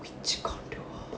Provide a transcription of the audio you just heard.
which condo